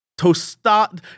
tostada